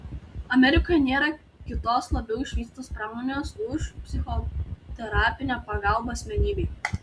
amerikoje nėra kitos labiau išvystytos pramonės už psichoterapinę pagalbą asmenybei